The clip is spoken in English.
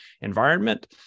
environment